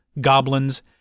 goblins